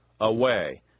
Away